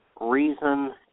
reason